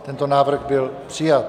Tento návrh byl přijat.